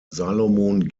salomon